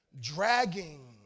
dragging